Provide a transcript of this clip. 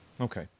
okay